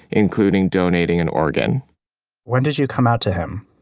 including donating an organ when did you come out to him?